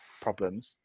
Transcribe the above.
problems